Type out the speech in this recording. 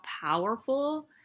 powerful